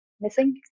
missing